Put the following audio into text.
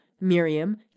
Miriam